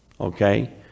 Okay